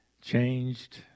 changed